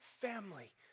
family